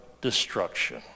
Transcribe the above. destruction